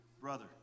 brother